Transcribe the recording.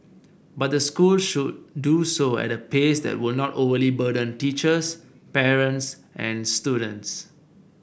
but the school should do so at a pace that would not overly burden teachers parents and students